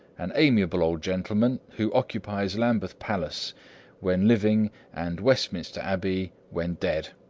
an amiable old gentleman, who occupies lambeth palace when living and westminster abbey when dead.